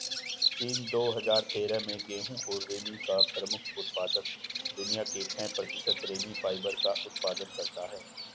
चीन, दो हजार तेरह में गेहूं और रेमी का प्रमुख उत्पादक, दुनिया के छह प्रतिशत रेमी फाइबर का उत्पादन करता है